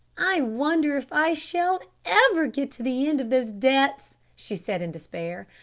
i wonder if i shall ever get to the end of those debts, she said in despair.